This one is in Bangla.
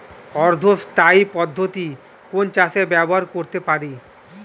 অর্ধ স্থায়ী পদ্ধতি কোন চাষে ব্যবহার করতে পারি?